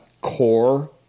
core